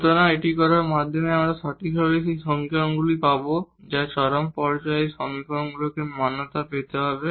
সুতরাং এটি করার মাধ্যমে আমরা সঠিকভাবে সেই সমীকরণগুলি পাব যা এক্সট্রিমা পর্যায়ে এই সমীকরণগুলিকে মান্যতা পেতে হবে